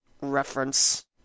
reference